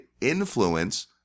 influence